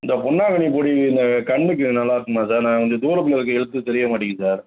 இந்த பொன்னாங்கண்ணி பொடி இந்த கண்ணுக்கு நல்லா இருக்குமா சார் நான் இந்த தூரத்தில் இருக்க எழுத்து தெரிய மாட்டேங்குது சார்